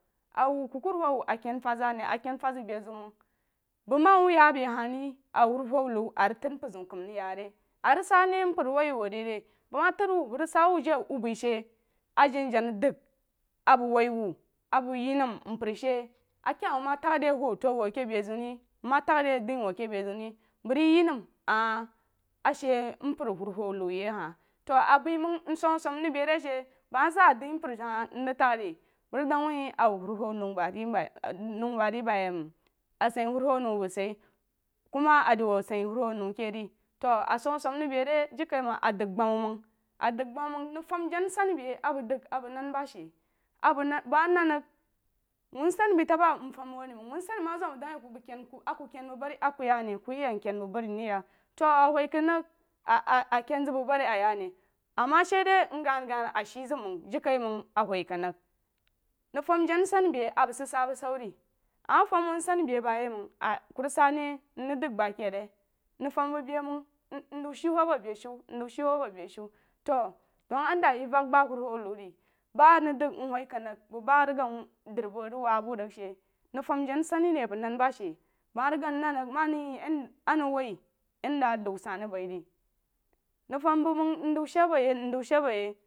A wou kukuruwu aken fad za ni a ken fad za be ziu re məng bəg mayi wou ya be wahi re awou wuro wou nou a ríg tad mpərziu kəm raig ya re arig sa ne mpər rig wouh ye wou rí re bəg ma tad wou bəg sa wuh jai wuh baishe a janajana dəg a bəg wah wou a bəg ye nəm mpər she akaiha bəg ma tag de wotowu a ke beziu nma tag de adí wou ake beziu re bəg ríg hinəm ahi a she mpər wuruwau nou yí aha to a bai məng nsom asom rig baire she bəg ma zaa adi mpər ahahi nzəg tag ri bəg rig dəg wuh a wu wuruwu nou ba rí baye məng nuo ba rí baye məng a sah wuruwu nou bəg sed ye ku ma a de a se wuruwu nou ke ré to asamsam rig beí re jirikaiməng a dəg gbam məng a dəg gbam məng nəg fam jana nsani beí a bəg dəg a bəg nən ma she a bəg nən bəg ma nən rig wuu nsani baí tamba mfum wu re məang wuu nsaní ma ziu bəg ken ku a ku ken bəg barí aku ya ne ku yeg ken ku a ku ken bəg barí a ku ya ne ku yed nken bəg bari nrig yeg to a wuhkenrig a a ken zəg bəg bari a ya na ama shịị de ngangan a shịị zəg məng jirikaiməng a wuhkenrig nəg fam janansani beí a bəg sid sa bushu re ama fum wuu nsani beí ba ye məng a ku rig sa neh mrig dəg ba ke re dəg fam bəg be məng nzou shịị wou a bo beshu nzou shịị wou bo beshu ta dəg alinla ye vəg ba wuru wu nou ri ba nəg dəg nwuhkenrig bəg t-gag drí məg rig wa bu rig she nəg fam danansani re a bəg han ba she bəg ma rig gəg nan ma nəg ye yenda a nəg wai yen da a nou san rig bai re nəg fam bəg məg ndəw shịị bu ye mzaw shịị bu ye